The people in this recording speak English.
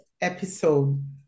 episode